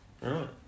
right